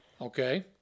Okay